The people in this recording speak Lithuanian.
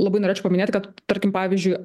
labai norėčiau paminėti kad tarkim pavyzdžiui